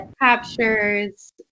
captures